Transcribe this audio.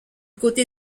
côté